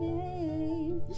name